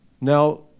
Now